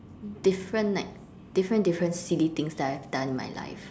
different like different different silly things that I have done in my life